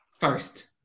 first